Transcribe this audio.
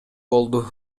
болду